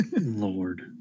Lord